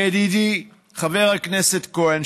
ידידי חבר הכנסת כהן,